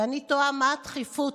ואני תוהה: מה הדחיפות,